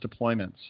deployments